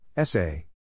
Essay